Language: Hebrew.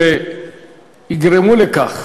שיגרמו לכך